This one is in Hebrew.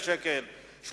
12,000 שקלים,